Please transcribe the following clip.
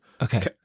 Okay